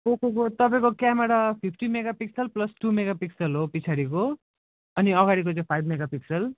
पोकोको तपाईँको camera fifty megapixel plus two megapixel हो पछाडिको अनि अगाडिको चाहिँ फाइभ मेगा पिक्सल